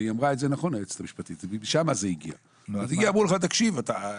היועצת המשפטית אמרה את זה נכון,